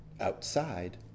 Outside